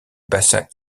bassin